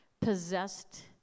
possessed